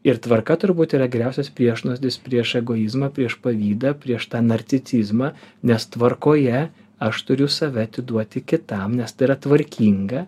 ir tvarka turbūt yra geriausias priešnuodis prieš egoizmą prieš pavydą prieš tą narcisizmą nes tvarkoje aš turiu save atiduoti kitam nes ta yra tvarkinga